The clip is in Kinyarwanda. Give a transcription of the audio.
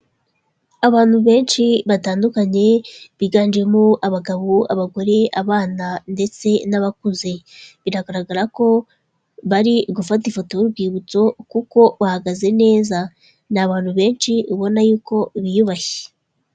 Abantu benshi batandukanye, biganjemo abagabo, abagore, abana, ndetse n'abakuze, biragaragara ko bari gufata ifoto y'urwibutso kuko bahagaze neza ni abantu benshi ubona yuko biyubashye.